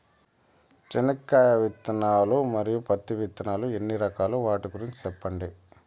చెనక్కాయ విత్తనాలు, మరియు పత్తి విత్తనాలు ఎన్ని రకాలు వాటి గురించి సెప్పండి?